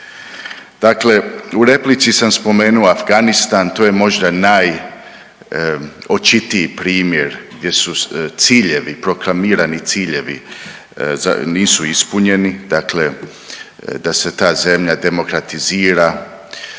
Dakle u replici sam spomenuo Afganistan, to je možda najočitiji primjer gdje su ciljevi, proklamirani ciljevi za, nisu ispunjeni, dakle da se ta zemlja demokratizira,